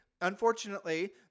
unfortunately